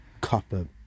copper